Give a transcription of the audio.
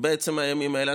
בעצם הימים האלה,